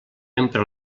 empra